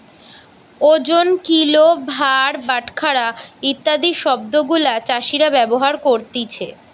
ওজন, কিলো, ভার, বাটখারা ইত্যাদি শব্দ গুলা চাষীরা ব্যবহার করতিছে